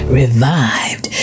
revived